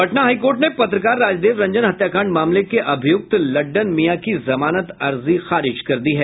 Patna high court ने पत्रकार राजदेव रंजन हत्याकांड मामले के अभियुक्त लड्डन मियां की जमानत अर्जी को खारिज कर दिया है